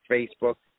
Facebook